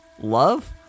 love